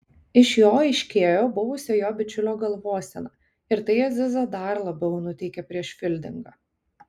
iš jo aiškėjo buvusio jo bičiulio galvosena ir tai azizą dar labiau nuteikė prieš fildingą